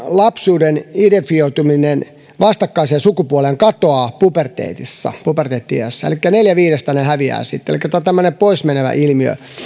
lapsuuden identifioituminen vastakkaiseen sukupuoleen katoaa puberteetissa eli puberteetti iässä elikkä neljällä viidestä se häviää sitten elikkä tämä on tämmöinen poismenevä ilmiö